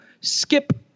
Skip